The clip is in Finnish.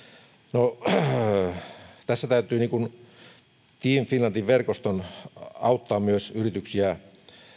no tässä täytyy team finlandin verkoston auttaa myös yrityksiä